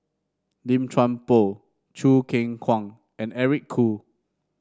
Lim Chuan Poh Choo Keng Kwang and Eric Khoo